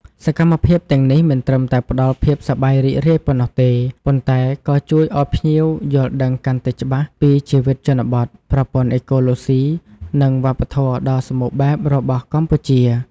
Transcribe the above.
សកម្មភាពទាំងនេះមិនត្រឹមតែផ្តល់ភាពសប្បាយរីករាយប៉ុណ្ណោះទេ ប៉ុន្តែក៏ជួយឲ្យភ្ញៀវយល់ដឹងកាន់តែច្បាស់ពីជីវិតជនបទ ប្រព័ន្ធអេកូឡូស៊ី និងវប្បធម៌ដ៏សម្បូរបែបរបស់កម្ពុជា។